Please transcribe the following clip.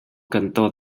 cantó